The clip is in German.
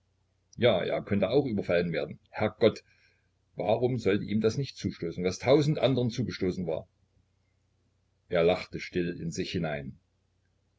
ja er könnte auch überfallen werden herrgott warum sollte ihm das nicht zustoßen was tausend andern zugestoßen war er lachte still in sich hinein